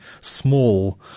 small